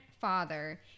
father